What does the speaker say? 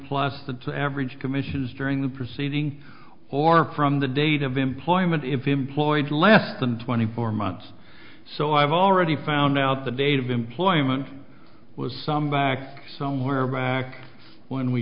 plus the average commissions during the proceeding or from the date of employment if employed less than twenty four months so i've already found out the date of employment was some back somewhere back when we